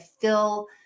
fill